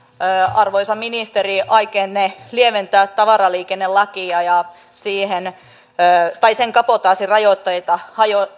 arvoisa ministeri aikeenne lieventää tavaraliikennelakia ja sen kabotaasin rajoitteita